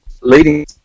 leading